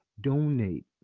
donate